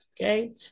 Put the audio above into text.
okay